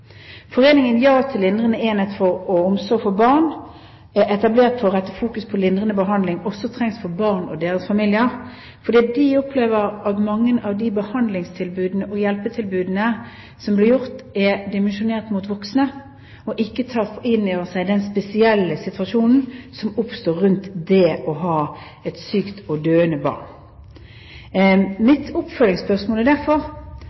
Foreningen JA til lindrende enhet og omsorg for barn er etablert for å rette fokus mot at lindrende behandling også trengs for barn og deres familier. De opplever at mange av de behandlingstilbudene og hjelpetilbudene som finnes, er dimensjonert mot voksne og ikke tar inn over seg den spesielle situasjonen som oppstår rundt det å ha et sykt og døende barn. Mitt oppfølgingsspørsmål er derfor